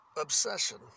obsession